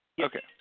okay